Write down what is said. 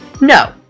No